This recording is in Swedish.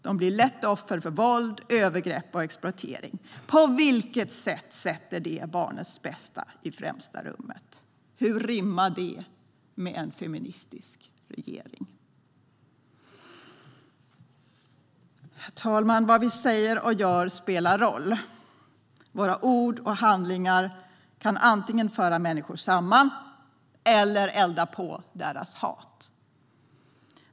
De blir lätt offer för våld, övergrepp och exploatering. På vilket sätt sätter det barnets bästa i främsta rummet? Hur rimmar det med en feministisk regering? Herr talman! Vad vi säger och gör spelar roll. Våra ord och handlingar kan antingen föra människor samman eller elda på deras hat.